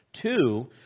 Two